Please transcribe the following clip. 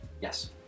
Yes